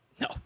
no